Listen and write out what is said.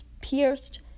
pierced